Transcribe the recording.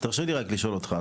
תרשה לי רק לשאול אותך,